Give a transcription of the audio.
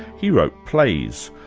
he wrote plays,